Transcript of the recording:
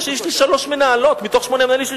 יש לי שלוש מנהלות מתוך שמונה מנהלים,